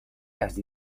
gas